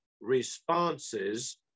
responses